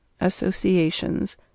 associations